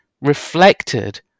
reflected